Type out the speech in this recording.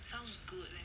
sounds good leh